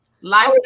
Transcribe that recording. life